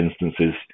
instances